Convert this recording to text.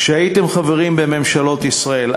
כשהייתם חברים בממשלות ישראל,